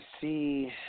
see